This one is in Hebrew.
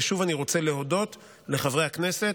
ושוב אני רוצה להודות לחברי הכנסת.